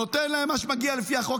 נותן להם מה שמגיע לפי החוק,